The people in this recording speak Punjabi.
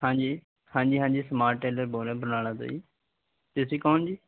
ਹਾਂਜੀ ਹਾਂਜੀ ਹਾਂਜੀ ਸਮਾਟ ਟੇਲਰ ਬੋਲ ਰਿਹਾ ਬਰਨਾਲਾ ਤੋਂ ਜੀ ਤੁਸੀਂ ਕੌਣ ਜੀ